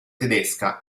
tedesca